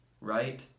right